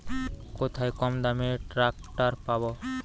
কোথায় কমদামে ট্রাকটার পাব?